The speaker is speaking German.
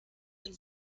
und